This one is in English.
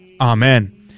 Amen